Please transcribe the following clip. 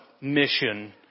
mission